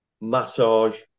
massage